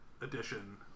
edition